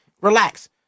Relax